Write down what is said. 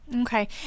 Okay